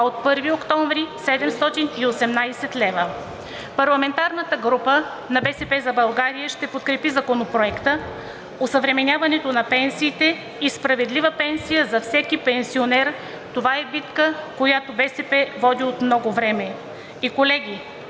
а от 1 октомври – 718 лв. Парламентарната група на „БСП за България“ ще подкрепи Законопроекта, осъвременяването на пенсиите и справедлива пенсия за всеки пенсионер. Това е битка, която БСП води от много време. И, колеги,